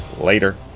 later